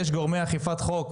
יש גורמי אכיפת חוק,